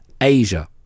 Asia